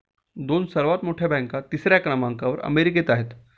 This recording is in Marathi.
दोन सर्वात मोठ्या बँका तिसऱ्या क्रमांकावर अमेरिकेत आहेत